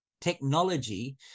technology